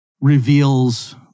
reveals